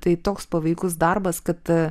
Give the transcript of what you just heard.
tai toks paveikus darbas kad